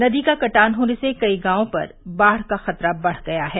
नदी का कटान होने से कई गांवों पर बाढ़ का खतरा बढ़ गया है